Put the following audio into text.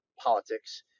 politics